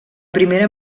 primera